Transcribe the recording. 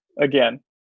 Again